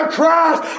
Christ